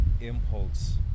impulse